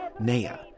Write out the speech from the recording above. Naya